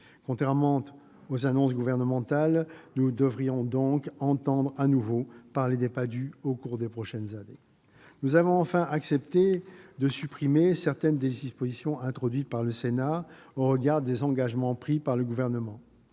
Contrairement aux annonces gouvernementales, nous devrions donc entendre de nouveau parler des Padhue au cours des prochaines années. Enfin, nous avons accepté de supprimer certaines des dispositions introduites par le Sénat au regard des engagements pris par le Gouvernement.